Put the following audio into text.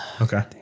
Okay